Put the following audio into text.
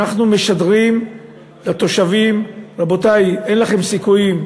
אנחנו משדרים לתושבים: רבותי, אין לכם סיכויים,